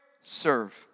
Serve